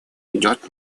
идет